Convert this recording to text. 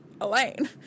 Elaine